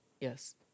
yes